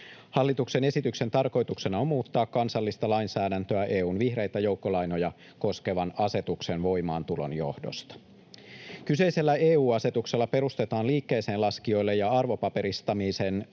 Hallituksen esityksen tarkoituksena on muuttaa kansallista lainsäädäntöä EU:n vihreitä joukkolainoja koskevan asetuksen voimaantulon johdosta. Kyseisellä EU-asetuksella perustetaan liikkeeseenlaskijoille ja arvopaperistamisen